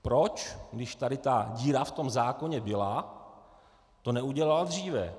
Proč, když tady ta díra v tom zákoně byla, to neudělal dříve?